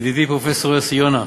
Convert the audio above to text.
פרופסור יוסי יונה,